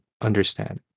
understand